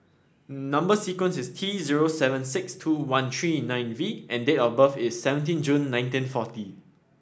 number sequence is T zero seven six two one three nine V and date of birth is seventeen June nineteen forty